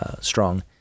strong